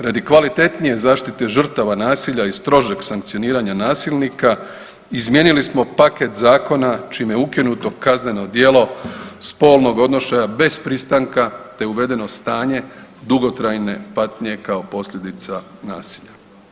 Radi kvalitetnije zaštite žrtava nasilja i strožeg sankcioniranja nasilnika, izmijenili smo paket zakona čime je ukinuto kazneno djelo spolnog odnošaja bez pristanka te uvedeno stanje dugotrajne patnje kao posljedica nasilja.